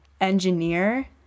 engineer